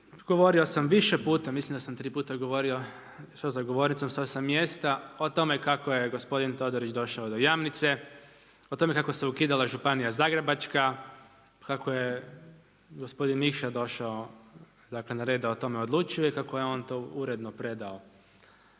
Govorio sam više puta, mislim da sam tri puta govorio, što za govornicom, što sa mjesta o tome kako je gospodin Todorić došao do Jamnice, o tome kako se ukidala županija Zagrebačka, kako je gospodin Nikša došao dakle na red da o tome odlučuje i kako je on to uredno predao